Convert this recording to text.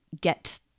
get